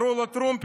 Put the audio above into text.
וקראו לו טרומפלדור.